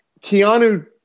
Keanu